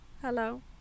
hello